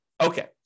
Okay